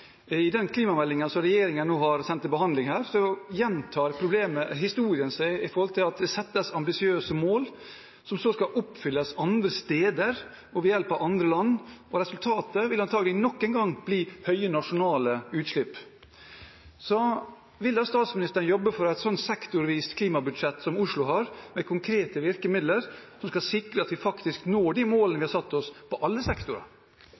I den klimameldingen som regjeringen nå har sendt til behandling, gjentar historien seg, i den forstand at det settes ambisiøse mål som så skal oppfylles andre steder og ved hjelp av andre land, og resultatet vil antakelig nok en gang bli høye nasjonale utslipp. Vil statsministeren jobbe for et sektorvis klimabudsjett som det Oslo har, med konkrete virkemidler som skal sikre at vi faktisk når de målene vi har satt oss i alle sektorer?